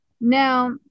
Now